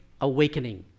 awakening